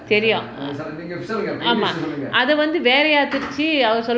தெரியும் ஆமாம் அது வந்து வேற யார் வைச்சு அவர்:theriyum aama athu vanthu vera yaar vaichu avar